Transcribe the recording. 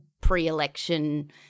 pre-election